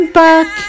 back